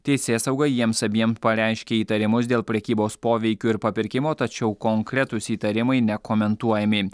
teisėsauga jiems abiem pareiškė įtarimus dėl prekybos poveikiu ir papirkimo tačiau konkretūs įtarimai nekomentuojami